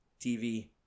TV